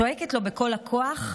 צועקת לו בכל הכוח: